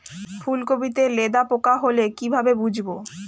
ফুলকপিতে লেদা পোকা হলে কি ভাবে বুঝবো?